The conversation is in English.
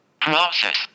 Process